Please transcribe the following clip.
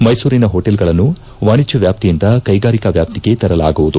ಮೈಸೂರಿನ ಹೋಟೆಲ್ ಗಳನ್ನು ವಾಣಿಜ್ಯ ವ್ಯಾಪ್ತಿಯಿಂದ ಕೈಗಾರಿಕಾ ವ್ಯಾಪ್ತಿಗೆ ತರಲಾಗುವುದು